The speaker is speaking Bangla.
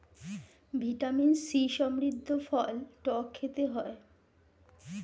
ভিটামিন সি সমৃদ্ধ ফল টক খেতে হয়